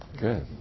good